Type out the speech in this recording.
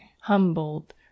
Humboldt